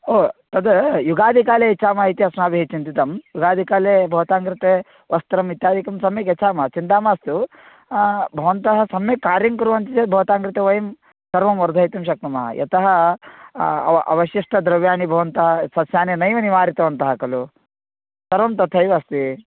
ओ तद् युगादिकाले यच्छामः इति अस्माभिः चिन्तितं युगादिकाले भवतां कृते वस्त्रम् इत्यादिकं सम्यक् यच्छामः चिन्ता मास्तु भवन्तः सम्यक् कार्यं कुर्वन्ति चेत् भवतां कृते वयं सर्वं वर्धयितुं शक्नुमः यतः अव अवशिष्टद्रव्याणि भवन्तः सस्यानि नैव निवारितवन्तः खलु सर्वं तथैव अस्ति